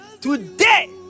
today